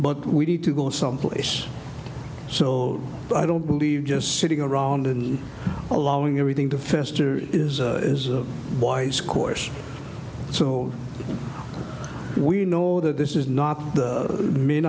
but we need to go someplace so i don't believe just sitting around and allowing everything to fester is a wise course so we know that this is not